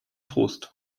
trost